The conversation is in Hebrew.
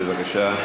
בבקשה.